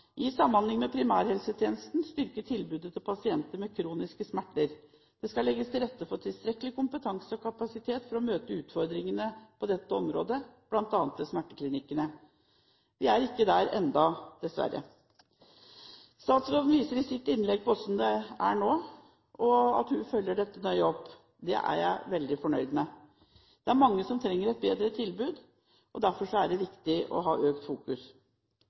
i samhandling med primærhelsetjenesten styrke tilbudet til pasienter med kroniske smerter. Det skal legges til rette for tilstrekkelig kompetanse og kapasitet for å møte utfordringene på dette området, bl.a. ved smerteklinikkene.» Vi er ikke der ennå, dessverre. Statsråden viser i sitt innlegg til hvordan dette er nå, og at hun følger dette nøye opp. Det er jeg veldig fornøyd med. Det er mange som trenger et bedre tilbud, og derfor er det viktig å ha økt fokus